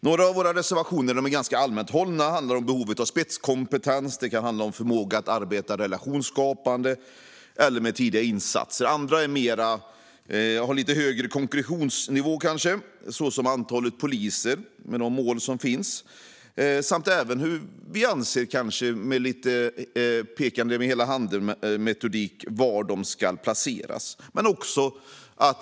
Några av våra reservationer är ganska allmänt hållna och handlar om behovet av spetskompetens och förmåga att arbeta relationsskapande eller med tidiga insatser medan andra har lite högre konkretionsnivå, såsom antalet poliser och de mål som finns för det samt hur vi - kanske med ett slags "peka med hela handen"-metodik - anser att poliserna ska placeras.